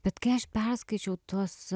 bet kai aš perskaičiau tuos